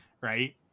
right